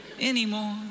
anymore